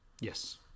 Yes